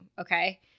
okay